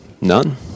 None